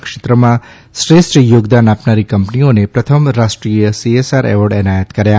ક્ષેત્રમાં શ્રેષ્ઠ યોગદાન આપનારી કંપનીઓને પ્રથમ રાષ્ટ્રીય સીએસઆર એવોર્ડ એનાયત કર્યો